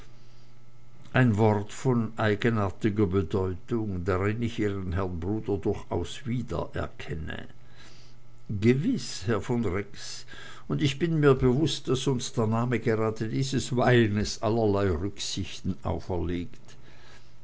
ein wort von eigenartiger bedeutung darin ich ihren herrn bruder durchaus wiedererkenne gewiß herr von rex und ich bin mir bewußt daß uns der name gerade dieses weines allerlei rücksichten auferlegt